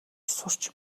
сурч